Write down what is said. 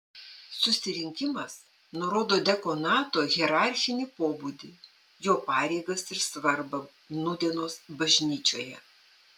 susirinkimas nurodo diakonato hierarchinį pobūdį jo pareigas ir svarbą nūdienos bažnyčioje